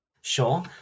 Sure